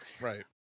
right